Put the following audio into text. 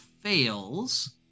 fails